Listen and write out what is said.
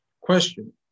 Question